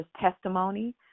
testimony